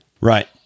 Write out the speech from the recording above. Right